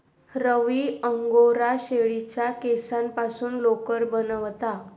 रवी angora शेळीच्या केसांपासून लोकर बनवता